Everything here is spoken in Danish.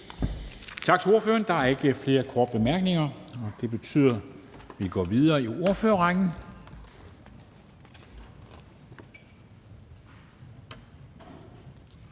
Tak til ordføreren. Der er ikke flere korte bemærkninger, og det betyder, at vi går videre i ordførerrækken.